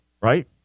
right